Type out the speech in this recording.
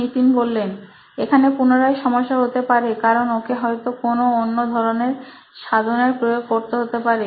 নিতিন এখানে পুনরায় সমস্যা হতে পারে কারণ ওকে হয়তো কোন অন্য ধরনের সাধনের প্রয়োগ করতে হতে পারে